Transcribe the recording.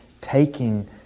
taking